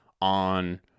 on